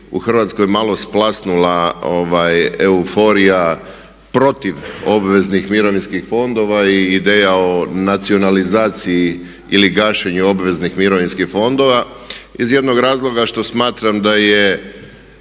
u Hrvatskoj malo splasnula euforija protiv obveznih mirovinskih fondova i ideja o nacionalizaciji ili gašenju obveznih mirovinskih fondova iz jednog razloga što smatram da nije